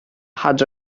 had